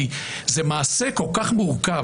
כי זה מעשה כל כך מורכב,